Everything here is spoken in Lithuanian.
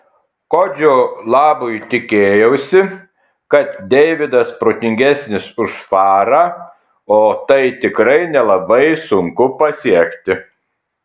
kodžio labui tikėjausi kad deividas protingesnis už farą o tai tikrai nelabai sunku pasiekti